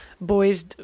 boys